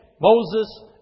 Moses